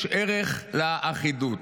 יש ערך לאחידות.